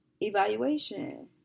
evaluation